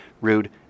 rude